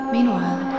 Meanwhile